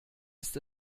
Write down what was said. ist